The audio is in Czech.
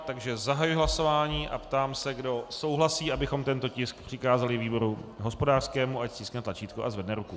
Takže zahajuji hlasování a ptám se, kdo souhlasí, abychom tento tisk přikázali výboru hospodářskému, ať stiskne tlačítko a zvedne ruku.